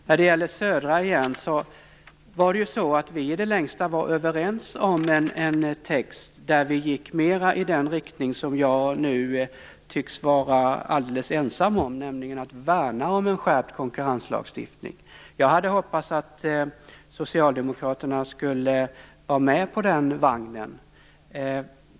När det gäller Södra Skogsägarna var vi i det längsta överens om en text som gick mer i linje med den uppfattning som jag nu tycks vara alldeles ensam om. Det handlar om att värna om en skärpt konkurrenslagstiftning. Jag hade hoppats att Socialdemokraterna skulle vara med på den här vagnen.